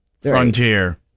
Frontier